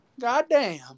goddamn